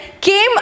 came